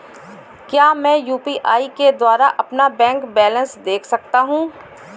क्या मैं यू.पी.आई के द्वारा अपना बैंक बैलेंस देख सकता हूँ?